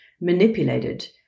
manipulated